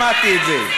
שמעתי את זה.